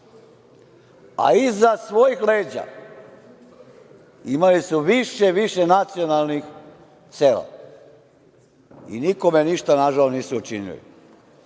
a iza svojih leđa imali su više, više nacionalnih sela i nikome ništa nažao nisu učinili. Moj